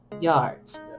yards